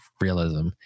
realism